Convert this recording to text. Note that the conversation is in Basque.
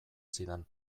zidan